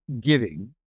giving